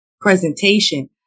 presentation